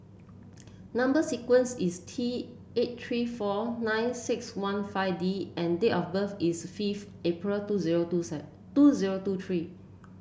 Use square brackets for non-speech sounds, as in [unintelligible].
number sequence is T eight three four nine six one five D and date of birth is fifth April two zero two [unintelligible] two zero two three